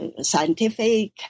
scientific